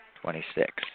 Twenty-six